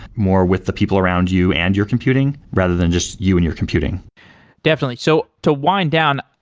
more with the people around you and your computing, rather than just you and your computing definitely. so to wind down,